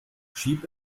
schieb